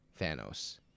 Thanos